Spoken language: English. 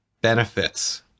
benefits